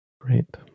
Great